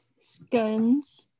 Scones